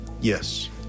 Yes